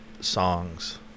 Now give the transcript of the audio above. songs